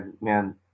Man